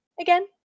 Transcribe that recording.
again